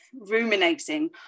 ruminating